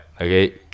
Okay